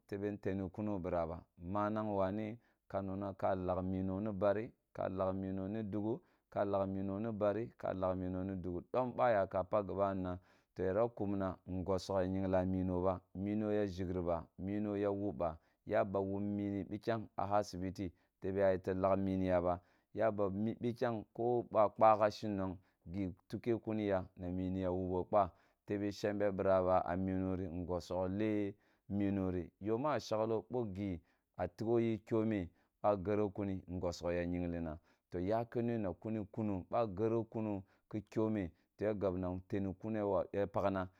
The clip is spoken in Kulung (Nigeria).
Tebe nteni kuno bira ba manang wane ka non na ka lagh mini ni bari ka lagh miwo ni digh ka lagh mino ni bari ka lahghmino dli gidhi dom ba ua ka pakh gobani na to yara kumna ngorogh ya yingla mino ba mini ya ʒhigri ba miro ya wub ba yaba wub mini bikyank a hasibiti tebe a yeto lagh mini ya ba yaba ni bikyang na miniya loubo kpa tebe shmbe bira ba a minu ri ngsongle minuri yo ma shaglo bo gi a tigho yi kyome a gero kuni nfsoh ya yangle na to ya ke noe nakuni tigho ye kyome a gero kuni kune ba gero kunno ki kyome ya gabna nteni kuno ya ya pakhna